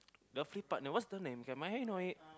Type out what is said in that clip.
the free partner what's the name can I know it